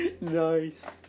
Nice